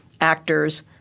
actors